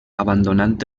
abandonant